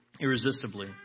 irresistibly